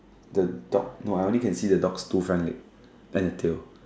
the dog no I can only see the dog's two front leg and a tail